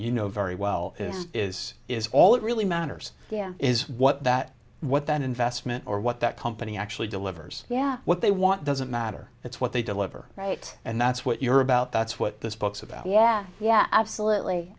you know very well is is all that really matters is what that what that investment or what that company actually delivers yeah what they want doesn't matter it's what they deliver right and that's what you're about that's what this talks about yeah yeah absolutely